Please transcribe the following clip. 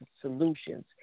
solutions